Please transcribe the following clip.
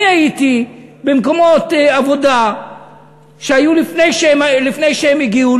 אני הייתי במקומות עבודה שהיו לפני שהם הגיעו.